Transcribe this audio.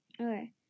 okay